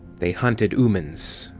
they hunted oomans,